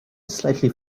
slightly